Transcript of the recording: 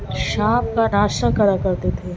شام کا ناشتہ کرا کرتے تھے